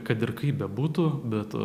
kad ir kaip bebūtų bet